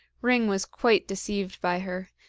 ring was quite deceived by her,